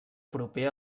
proper